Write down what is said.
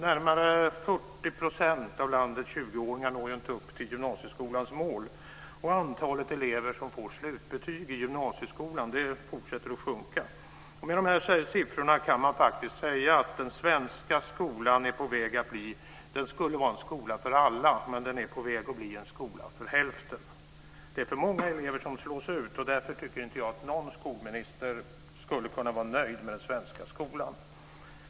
Närmare 40 % av landets 20-åringar når inte upp till gymnasieskolans mål, och antalet elever som får slutbetyg i gymnasieskolan fortsätter att sjunka. Med de här siffrorna kan man säga att den svenska skolan, som skulle vara en skola för alla, är på väg att bli en skola för hälften. Det är för många elever som slås ut, och därför tycker inte jag att någon skolminister skulle kunna vara nöjd med den svenska skolan.